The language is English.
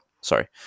sorry